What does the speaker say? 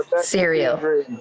cereal